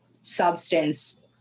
substance